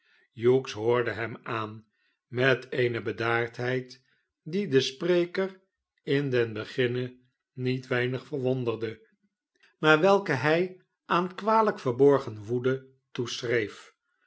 hughes hoorde hem aan met eene bedaardheid die den spreker in den beginne niet weinig verwonderde maar welke hij aan kwalijk verborgen woede toeschreef